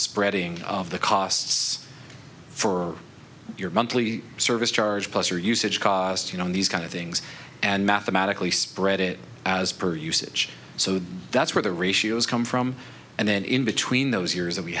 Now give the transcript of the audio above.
spreading of the costs for your monthly service charge plus your usage cost you know these kind of things and mathematically spread it as per usage so that's where the ratios come from and then in between those years that we